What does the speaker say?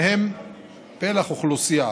שהם פלח אוכלוסייה